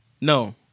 No